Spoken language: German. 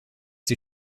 die